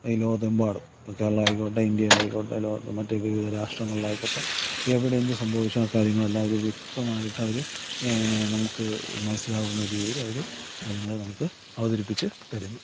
ഈ ലോകത്തെമ്പാടും ഇപ്പോൾ കേരളം ആയിക്കോട്ടെ ഇന്ത്യയിലായിക്കോട്ടെ ലോകത്ത് മറ്റ് വിവിധ രാഷ്ട്രങ്ങളിലായിക്കോട്ടെ എവിടെ എന്ത് സംഭവിച്ച കാര്യങ്ങളെല്ലാം അതിൽ വ്യക്തമായിട്ട് അവർ പിന്നെ നമുക്ക് മനസ്സിലാവുന്ന രീതിയിലവർ കാര്യങ്ങൾ നമുക്ക് അവതരിപ്പിച്ച് തരുന്നു